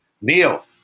Neil